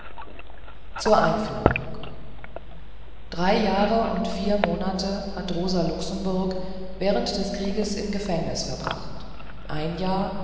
zur einführung drei jahre und vier monate hat rosa luxemburg während des krieges im gefängnis verbracht ein jahr